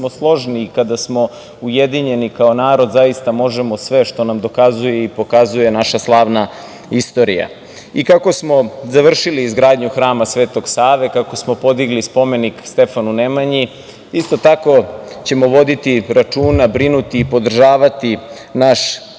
kada smo složni i kada smo ujedinjeni kao narod, zaista možemo sve, što nam dokazuje i pokazuje naša slavna istorija. Kako smo završili izgradnju Hrama Sv. Save, kako smo pogidli spomenik Stefanu Nemanji, isto tako ćemo vodiri računa, brinuti, podržavati naš